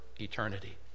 eternity